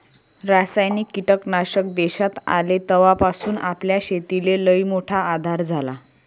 रासायनिक कीटकनाशक देशात आले तवापासून आपल्या शेतीले लईमोठा आधार झाला